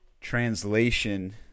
translation